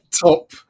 top